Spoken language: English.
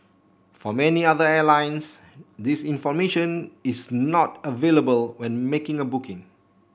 for many other airlines this information is not available when making a booking